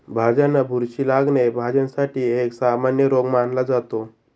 भाज्यांना बुरशी लागणे, भाज्यांसाठी एक सामान्य रोग मानला जातो